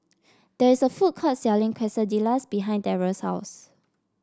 there is a food court selling Quesadillas behind Darrell's house